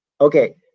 okay